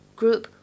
group